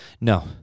no